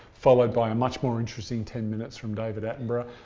followed by a much more interesting ten minutes from david attenborough.